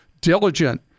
diligent